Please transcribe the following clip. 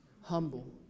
humble